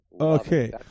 Okay